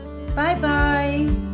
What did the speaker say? Bye-bye